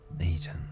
eaten